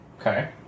Okay